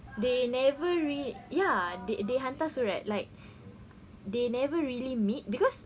they never re~ ya they they hantar surat like they never really meet cause